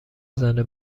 زنه